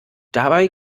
dabei